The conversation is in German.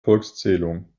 volkszählung